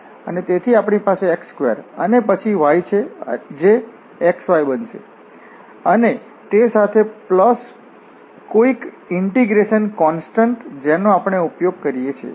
તેથી આપણી પાસે x2 અને પછી y છે જે xy બનશે અને તે સાથે પ્લસ કોઈક ઇન્ટીગ્રેશન કોંસ્ટંટ જેનો આપણે ઉપયોગ કરીએ છીએ